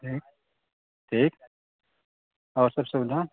ठीक ठीक आओर सब सुविधा